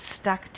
stuck